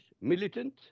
militant